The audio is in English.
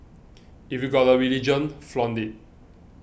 if you've got a religion flaunt it